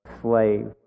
slave